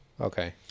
Okay